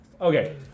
Okay